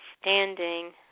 standing